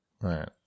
Right